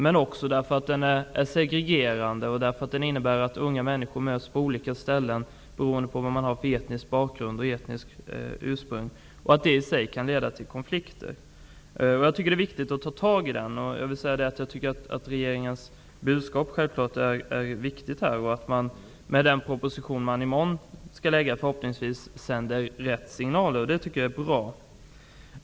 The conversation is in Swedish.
Den är också segregerande, eftersom den leder till att unga människor möts på olika ställen beroende på deras bakgrund och etniska ursprung. Det kan i sig leda till konflikter. Det är viktigt att ta tag i detta problem. Regeringens budskap är självfallet viktigt, och jag hoppas att regeringen, med den proposition som i morgon skall läggas på riksdagens bord, sänder rätt signaler. Sådana signaler skulle vara bra.